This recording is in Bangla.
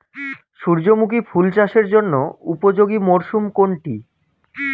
সূর্যমুখী ফুল চাষের জন্য উপযোগী মরসুম কোনটি?